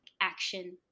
action